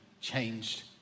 changed